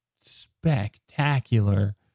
spectacular